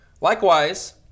Likewise